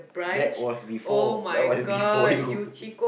that was before that was before you